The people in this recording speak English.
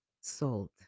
sold